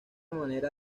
manera